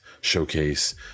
showcase